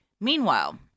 Meanwhile